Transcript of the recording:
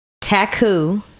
taku